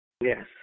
Yes